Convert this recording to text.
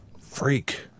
Freak